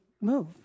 move